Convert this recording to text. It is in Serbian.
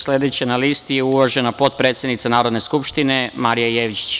Sledeća na listi je uvažena potpredsednica Narodne skupštine Marija Jevđić.